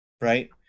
right